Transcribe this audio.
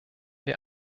wir